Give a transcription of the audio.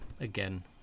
Again